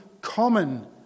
common